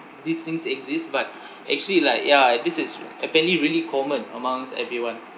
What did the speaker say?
these things exist but actually like ya this is apparently really common amongst everyone